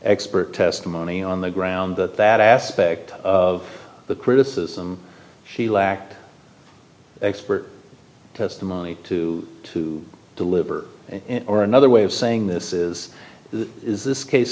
expert testimony on the ground that that aspect of the criticism she lacked expert testimony to to deliver or another way of saying this is is this case